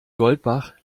goldbach